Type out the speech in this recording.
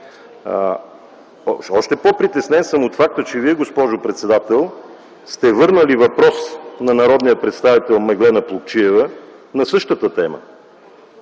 Още по-притеснен съм от факта, че Вие, госпожо председател, сте върнали въпрос на народния представител Меглена Плугчиева на същата тема.